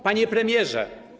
Panie Premierze!